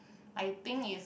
I think is